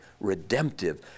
redemptive